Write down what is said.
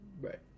Right